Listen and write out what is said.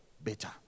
Better